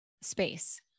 space